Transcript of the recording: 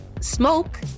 Smoke